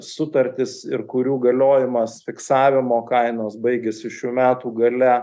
sutartis ir kurių galiojimas fiksavimo kainos baigiasi šių metų gale